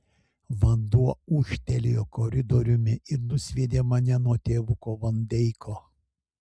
vanduo ūžtelėjo koridoriumi ir nusviedė mane nuo tėvuko van deiko